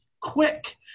quick